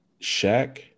Shaq